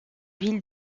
ville